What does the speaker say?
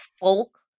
folk